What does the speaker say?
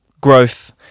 growth